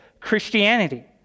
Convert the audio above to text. Christianity